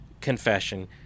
confession